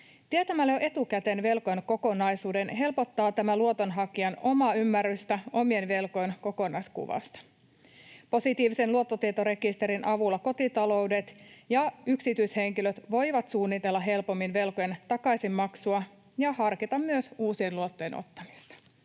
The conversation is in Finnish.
Tietämällä jo etukäteen velkojen kokonaisuuden helpottaa tämä luotonhakijan omaa ymmärrystä omien velkojen kokonaiskuvasta. Positiivisen luottotietorekisterin avulla kotitaloudet ja yksityishenkilöt voivat suunnitella helpommin velkojen takaisinmaksua ja harkita myös uusien luottojen ottamista.